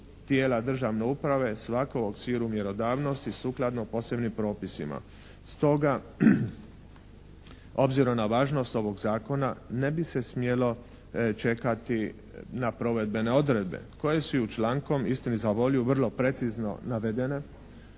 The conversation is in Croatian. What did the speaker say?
tijela državne uprave … /Ne razumije se./ … mjerodavnost i sukladno posebnim propisima. Stoga obzirom na važnost ovog zakona ne bi se smjelo čekati na provedbene odredbe koje su i člankom istini za volju, vrlo precizno navedene